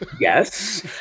Yes